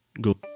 go